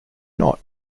not